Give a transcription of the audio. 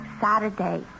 Saturday